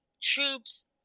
troops